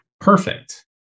Perfect